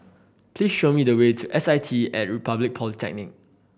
please show me the way to S I T At Republic Polytechnic